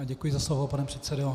Děkuji za slovo, pane předsedo.